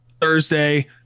thursday